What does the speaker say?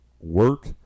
work